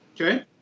Okay